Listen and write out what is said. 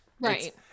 Right